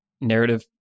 narrative